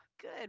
good